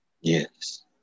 Yes